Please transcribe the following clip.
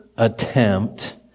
Attempt